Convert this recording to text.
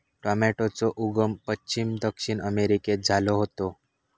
टॉमेटोचो उगम पश्चिम दक्षिण अमेरिकेत झालो होतो